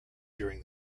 during